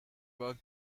work